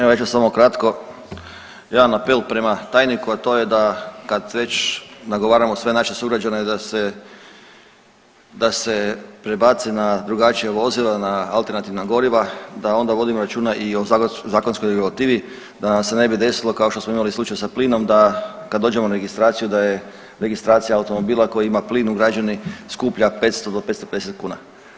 Evo ja ću samo kratko jedan apel prema tajniku, a to je da kad već nagovaramo sve naše sugrađane da se prebace na drugačija vozila na alternativna goriva, da onda vodimo računa i o zakonskoj regulativi da nam se ne bi desilo kao što smo imali slučaj sa plinom da, kad dođemo na registraciju, da je registracija automobila koji ima plin ugrađeni skuplja 500 do 550 kuna.